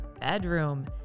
bedroom